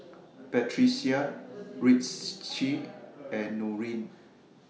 Batrisya Rizqi and Nurin